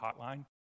hotline